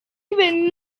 even